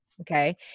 Okay